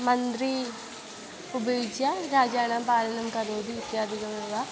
मन्त्रीम् उपयुज्य राज्यपालनं करोति इत्यादिकमेव